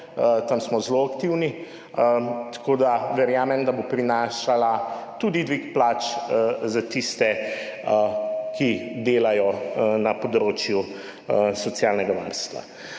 Tam smo zelo aktivni. Tako, da verjamem, da bo prinašala tudi dvig plač za tiste, ki delajo na področju socialnega varstva.